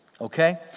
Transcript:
okay